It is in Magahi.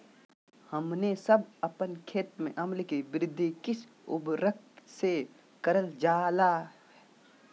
हमने सब अपन खेत में अम्ल कि वृद्धि किस उर्वरक से करलजाला?